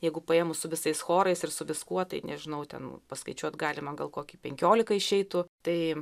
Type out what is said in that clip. jeigu paėmus su visais chorais ir su viskuo tai nežinau ten paskaičiuot galima gal kokį penkiolika išeitų tai